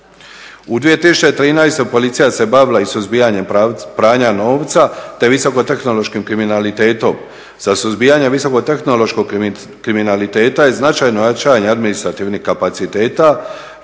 U 2013. policija se bavila i suzbijanjem pranja novca te visoko tehnološkim kriminalitetom. Sa suzbijanjem visoko tehnološkog kriminaliteta i značajno jačanje administrativnih kapaciteta